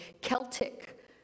Celtic